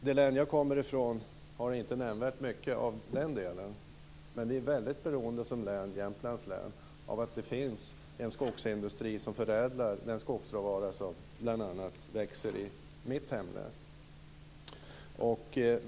Det län jag kommer ifrån, Jämtlands län, har inte nämnvärt mycket i den delen, men vi är väldigt beroende av att det finns en skogsindustri som förädlar den skogsråvara som bl.a. växer i mitt hemlän.